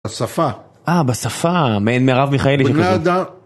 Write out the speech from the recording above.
בשפה. אה, בשפה, מעין מירב מיכאלי שכזאת.